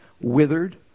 withered